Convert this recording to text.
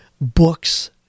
books